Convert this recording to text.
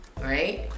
right